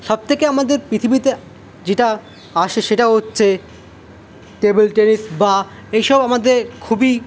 সব থেকে আমাদের পৃথিবীতে যেটা আসে সেটা হচ্ছে টেবিল টেনিস বা এইসব আমাদের খুবই